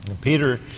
Peter